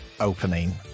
opening